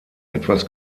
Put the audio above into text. etwas